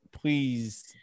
please